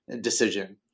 decision